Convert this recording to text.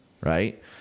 Right